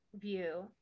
view